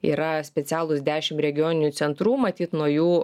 yra specialūs dešim regioninių centrų matyt nuo jų